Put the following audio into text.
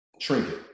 trinket